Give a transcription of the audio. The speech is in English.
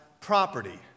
property